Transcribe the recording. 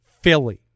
Philly